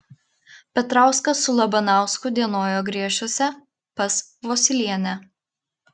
petrauskas su labanausku dienojo griešiuose pas vosylienę